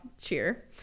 cheer